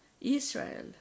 Israel